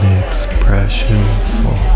expressionful